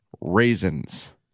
Raisins